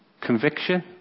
Conviction